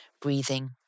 breathing